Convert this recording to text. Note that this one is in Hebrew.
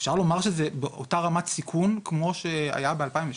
אפשר לומר שזה באותה רמת סיכון כמו שהיה ב-2013?